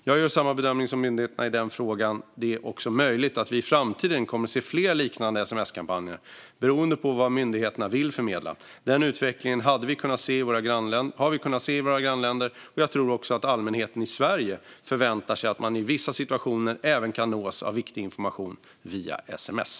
Jag gör samma bedömning som myndigheterna i den frågan. Det är också möjligt att vi i framtiden kommer att se fler liknande sms-kampanjer, beroende på vad myndigheterna vill förmedla. Den utvecklingen har vi kunnat se i våra grannländer, och jag tror också att allmänheten i Sverige förväntar sig att man i vissa situationer även kan nås av viktig information via sms.